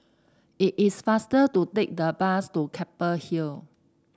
it is faster to take the bus to Keppel Hill